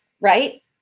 right